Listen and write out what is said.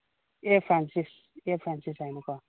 A Francis A Francis ꯍꯥꯏꯅꯀꯣ